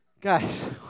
guys